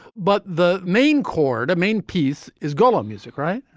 but the main chord, a main piece is golomb music, right?